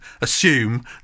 assume